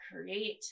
create